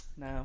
No